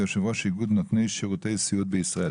יושב ראש ארגון נותני השירות בישראל,